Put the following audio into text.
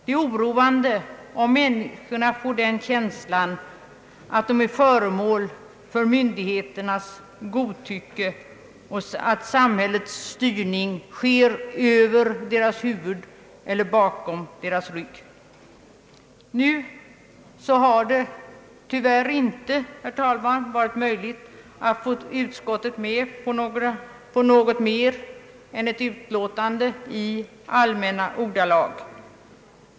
Det är oroande om människorna får en känsla av att vara föremål för myndigheternas godtycke och av att samhällets styrning sker över deras huvud eller bakom deras Ty88: Det har tyvärr inte, herr talman, nu varit möjligt att få med utskottet på något mer än ett uttalande i allmänna ordalag.